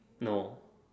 no